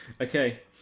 Okay